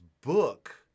book